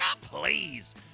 please